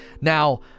now